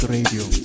Radio